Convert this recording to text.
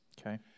Okay